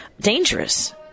dangerous